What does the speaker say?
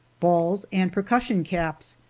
balls, and percussion caps,